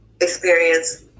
experience